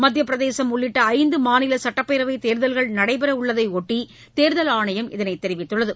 மத்தியப்பிரதேசும் உள்ளிட்ட ஐந்து மாநில சுட்டப்பேரவைத் தேர்தல்கள் நடைபெறவுள்ளதை பொட்டி தேர்தல் ஆணையம் இதனை தெரிவித்துள்ளது